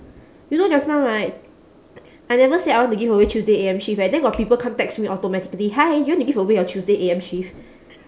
you know just now right I never say I want to give away tuesday A_M shift eh then got people come text me automatically hi do you want to give away your tuesday A_M shift